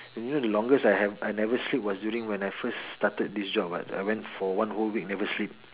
the longest I have I never sleep was when I first started this job [what] I went for one whole week never sleep